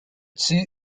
two